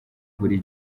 buri